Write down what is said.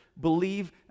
believe